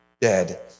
dead